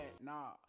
Nah